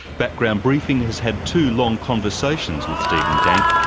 background briefing has had two long conversations with stephen dank,